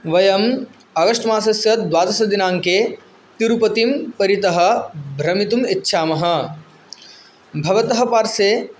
वयम् आगस्ट् मासस्य द्वादशदिनाङ्के तिरुपतिं परितः भ्रमितुम् इच्छामः भवतः पार्श्वे